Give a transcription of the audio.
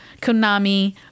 Konami